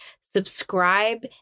subscribe